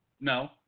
No